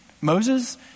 Moses